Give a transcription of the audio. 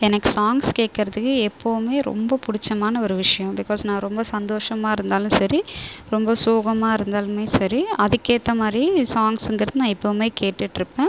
எனக்கு சாங்ஸ் கேட்குறதுக்கு எப்போவுமே ரொம்ப பிடிச்சமான ஒரு விஷயம் பிக்காஸ் நான் ரொம்ப சந்தோசமாக இருந்தாலும் சரி ரொம்ப சோகமாக இருந்தாலுமே சரி அதுக்கு ஏற்ற மாதிரி சாங்ஸ்கிங்றது நான் எப்போவுமே கேட்டுட்டு இருப்பேன்